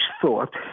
thought